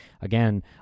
again